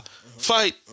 fight